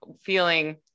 feeling